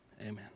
Amen